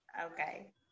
okay